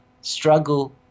struggle